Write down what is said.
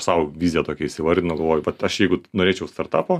savo viziją tokią įsivardinau galvoju vat aš jeigu norėčiau startapo